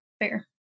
Fair